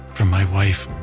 from my wife